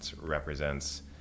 represents